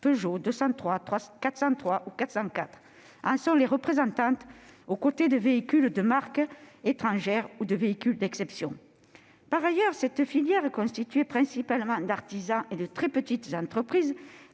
Peugeot 203, 403 ou 404 en sont les représentantes aux côtés de véhicules de marques étrangères ou de véhicules d'exception. Par ailleurs, cette filière, constituée principalement d'artisans et de très petites entreprises,